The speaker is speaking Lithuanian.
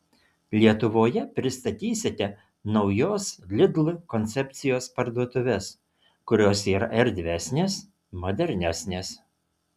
lietuvoje pristatysite naujos lidl koncepcijos parduotuves kurios yra erdvesnės modernesnės